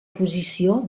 posició